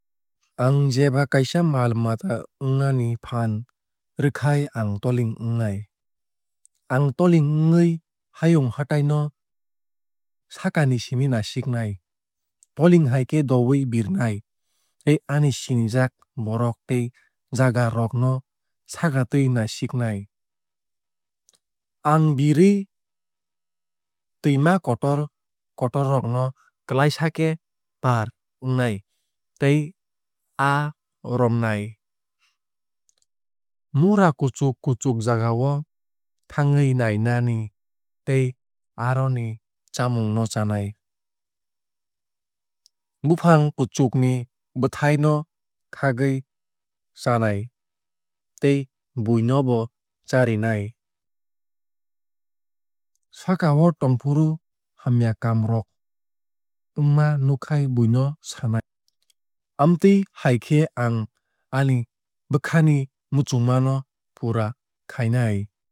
Ang jeba kaisa mal mata wngnani phaan rwkhai ang toling wngnai. Ang toling wngwui hayung hatai no sakani simi nasiknai. Toling hai khe dowui birnai tei ani sinijak borok tei jaga rok no sakatwui nasignai. Ang birwui twuima kotor kotor rok no klaisa khe par wngnai tei aa romnai. Mura kuchuk kuchuk jaga o thangwui nainani tei aroni chamung no chanai. Bufang kuchuk ni bwthai no khagwui chanai tei buino bo charwnai. Sakao tongfru hamya kaam rok wngma nuk khai buino sanai. Amtwui hai khe ang ani bwkhani muchungma no pura khainani.